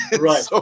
Right